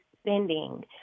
spending